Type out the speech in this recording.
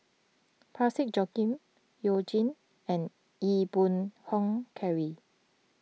Parsick Joaquim You Jin and Ee Boon Kong Henry